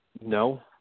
No